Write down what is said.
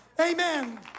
Amen